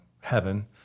heaven